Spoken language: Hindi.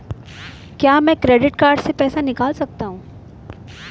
क्या मैं क्रेडिट कार्ड से पैसे निकाल सकता हूँ?